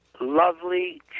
Lovely